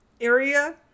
area